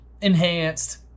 enhanced